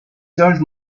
told